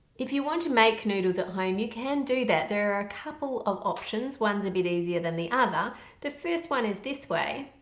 if you want to make noodles at home you can do that there are a couple of options one's a bit easier than the other the first one is this way.